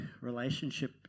relationship